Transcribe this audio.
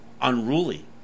unruly